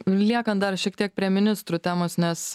liekant dar šiek tiek prie ministrų temos nes